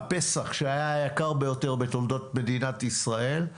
הפסח שהיה היקר ביותר בתולדות מדינת ישראל.